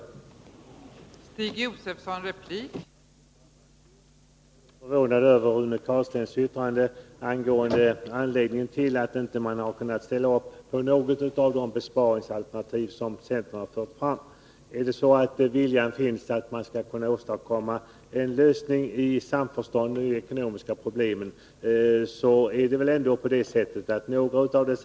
Detta resonemang tycker jag är felaktigt.